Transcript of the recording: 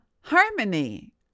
harmony